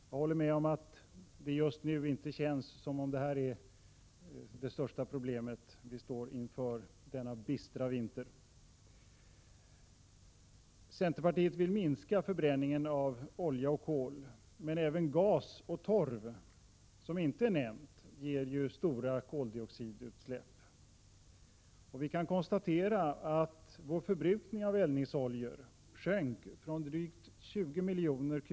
Jag håller dock med om att det just nu inte känns som om detta är det största problemet vi står inför denna bistra vinter. Centerpartiet vill minska förbränningen av olja och kol. Men även gas och torv, som inte nämnts, ger stora koldioxidutsläpp. Vi kan också konstatera att vår förbrukning av eldningsoljor sjönk från drygt 20 miljoner m?